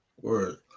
word